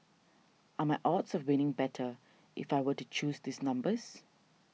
are my odds of winning better if I were to choose these numbers